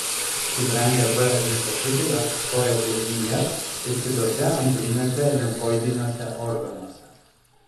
subrendę b limfocitai apsistoja blužnyje ir kituose antriniuose limfoidiniuose organuose